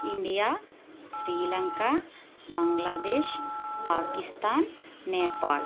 India Sri Lanka Bangladesh Pakistan Nepal